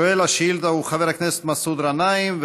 שואל השאילתה הוא חבר הכנסת מסעוד גנאים,